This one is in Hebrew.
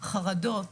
חרדות,